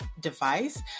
device